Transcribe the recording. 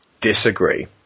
Disagree